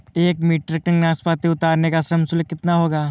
एक metric tonne नाशपाती उतारने का श्रम शुल्क कितना होगा?